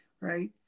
right